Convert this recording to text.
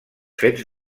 fets